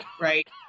right